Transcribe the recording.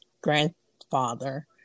grandfather